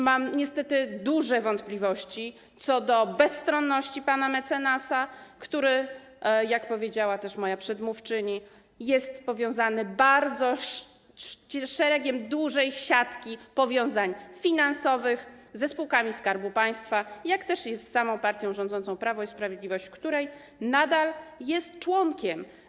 Mam niestety duże wątpliwości co do bezstronności pana mecenasa, który, jak powiedziała moja przedmówczyni, jest połączony przez bardzo dużą siatkę powiązań finansowych ze spółkami Skarbu Państwa, jak też z samą partią rządzącą Prawo i Sprawiedliwość, której nadal jest członkiem.